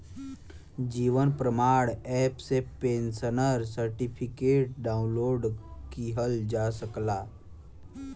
जीवन प्रमाण एप से pensioner certificate download किहल जा सकला